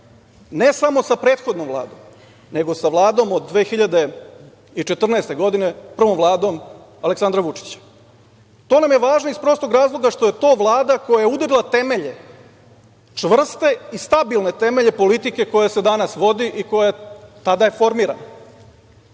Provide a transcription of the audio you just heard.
ne samo sa prethodnom Vladom, nego sa Vladom od 2014. godine, prvom vladom Aleksandra Vučića. To nam je važno iz prostog razloga što je to Vlada koja je udarila temelje, čvrste i stabilne temelje politike koja se danas vodi a tada je formirana. Vi